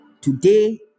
Today